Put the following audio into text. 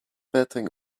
betting